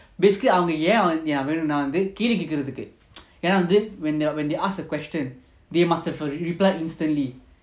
basically அவங்கஏன்வந்து:avanga yen vandhu கேள்விகேக்குறதுக்குஎனாவந்து:kelvi kekurathuku yena vandhu when they when they ask a question they must have a reply instantly